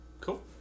Cool